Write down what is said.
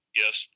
yes